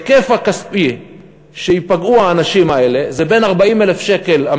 ההיקף הכספי שבו ייפגעו האנשים האלה זה בין 40,000 שקל,